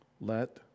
Let